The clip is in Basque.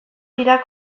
dirac